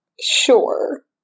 Sure